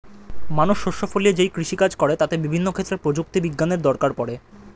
মানুষ শস্য ফলিয়ে যেই কৃষি কাজ করে তাতে বিভিন্ন ক্ষেত্রে প্রযুক্তি বিজ্ঞানের দরকার পড়ে